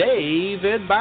David